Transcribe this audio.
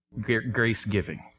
Grace-giving